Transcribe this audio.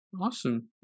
Awesome